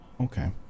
okay